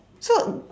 so